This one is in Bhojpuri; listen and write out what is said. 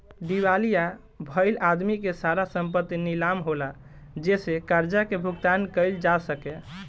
दिवालिया भईल आदमी के सारा संपत्ति नीलाम होला जेसे कर्जा के भुगतान कईल जा सके